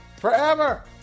forever